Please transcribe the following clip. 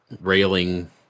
railing